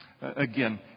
again